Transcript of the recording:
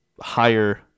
higher